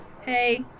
Hey